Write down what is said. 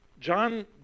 John